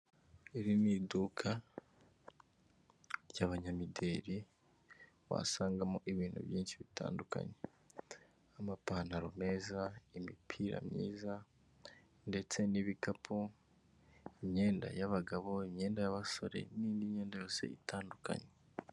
Iri ni iduka ry'abanyamideri wasangamo ibintu byinshi bitandukanye nk'amapantaro meza, imipira myiza ndetse n'ibikapu, imyenda y'abagabo, imyenda y'abasore n'indi myenda yose itandukanye.